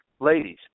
ladies